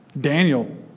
Daniel